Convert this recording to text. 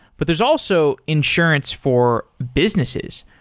but there's also insurance for businesses,